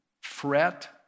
fret